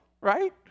right